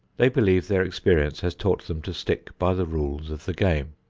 they believe their experience has taught them to stick by the rules of the game.